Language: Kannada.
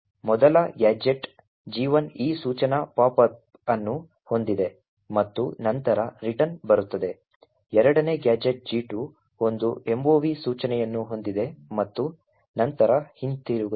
ಮೊದಲ ಗ್ಯಾಜೆಟ್ G1 ಈ ಸೂಚನಾ ಪಾಪ್ ಅನ್ನು ಹೊಂದಿದೆ ಮತ್ತು ನಂತರ ರಿಟರ್ನ್ ಬರುತ್ತದೆ ಎರಡನೇ ಗ್ಯಾಜೆಟ್ G2 ಒಂದು mov ಸೂಚನೆಯನ್ನು ಹೊಂದಿದೆ ಮತ್ತು ನಂತರ ಹಿಂತಿರುಗುತ್ತದೆ